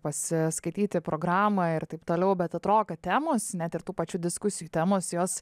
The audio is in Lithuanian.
pasiskaityti programą ir taip toliau bet atrodo kad temos net ir tų pačių diskusijų temos jos